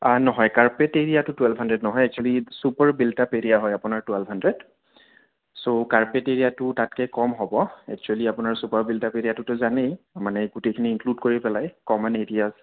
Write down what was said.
নহয় কাৰ্পেট এৰিয়াটো twelve hundred নহয় এক্সোৱেলি চুপাৰ বিল্টাপ এৰিয়া হয় আপোনাৰ টুৱেল্ভ হানড্ৰেড চ' কাৰ্পেট এৰিয়াটো তাতকৈ কম হ'ব এক্সোৱেলি আপোনাৰ চুপাৰ বিল্টাপ এৰিয়াটোতো জানেই মানে গোটেইখিনি ইনক্লোড কৰি পেলাই কমন এৰিয়া